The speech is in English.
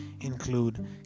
include